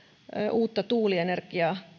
uutta tuulienergiaa